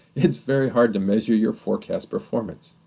it's very hard to measure your forecast performance.